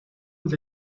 үйл